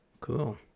Cool